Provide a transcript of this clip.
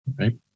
Okay